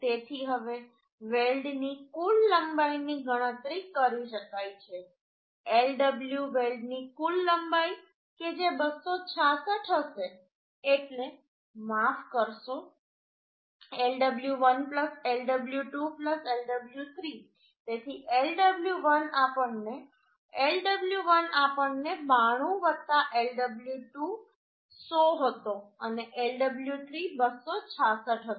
તેથી હવે વેલ્ડની કુલ લંબાઈની ગણતરી કરી શકાય છે Lw વેલ્ડની કુલ લંબાઈ કે જે 266 હશે એટલે માફ કરશો Lw1 Lw2 Lw3 તેથી Lw1 આપણને Lw1 આપણને 92 Lw2 100 હતો અને Lw3 266 હતો